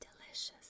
delicious